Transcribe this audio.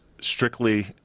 strictly